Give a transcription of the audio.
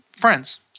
friends